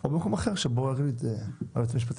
או במקום אחר שבו יחליט היועץ המשפטי.